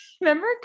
Remember